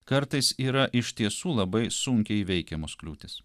kartais yra iš tiesų labai sunkiai įveikiamos kliūtys